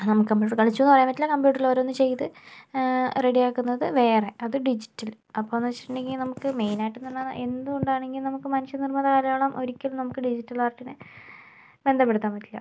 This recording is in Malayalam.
നമുക്ക് കമ്പ്യൂട്ടറിൽ കളിച്ചുവെന്ന് പറയാൻ പറ്റില്ല കമ്പ്യൂട്ടറിൽ ഓരോന്ന് ചെയ്ത് റെഡിയാക്കുന്നത് വേറെ അത് ഡിജിറ്റൽ അപ്പോന്ന് വെച്ചിട്ടുണ്ടെങ്കിൽ നമുക്ക് മെയിനായിട്ടുണ്ടാവുന്ന എന്ത്കൊണ്ടാണെങ്കിലും നമുക്ക് മനുഷ്യനിർമിത കലയോളം ഒരിക്കലും നമുക്ക് ഡിജിറ്റൽ ആർട്ടിനെ ബന്ധപ്പെടുത്താൻ പറ്റില്ല